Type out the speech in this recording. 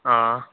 हां